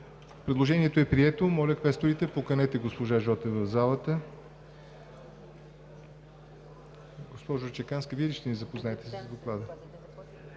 Предложението е прието. Моля, квесторите, поканете госпожа Жотева в залата. Госпожо Чеканска, Вие ли ще ни запознаете с Доклада?